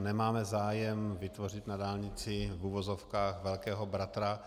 Nemáme zájem vytvořit na dálnici v uvozovkách velkého bratra.